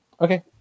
Okay